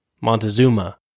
Montezuma